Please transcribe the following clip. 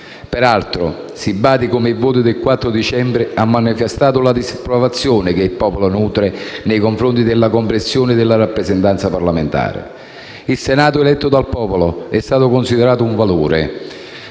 Peraltro, si badi come il voto del 4 dicembre abbia manifestato la disapprovazione che il popolo nutre nei confronti della compressione della rappresentanza parlamentare. Il Senato eletto dal popolo è stato considerato un valore.